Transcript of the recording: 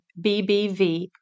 BBV